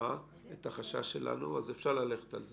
החשש שלנו ואפשר ללכת על זה.